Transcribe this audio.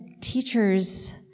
teachers